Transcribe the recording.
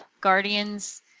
Guardians